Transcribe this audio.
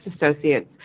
associates